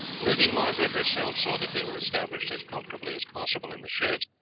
lady margaret herself saw that they were established as comfortably as possible in the sheds,